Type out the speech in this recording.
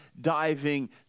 diving